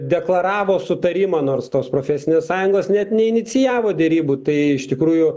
deklaravo sutarimą nors tos profesinės sąjungos net neinicijavo derybų tai iš tikrųjų